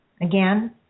again